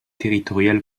territoriale